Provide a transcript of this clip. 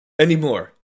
Anymore